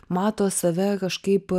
mato save kažkaip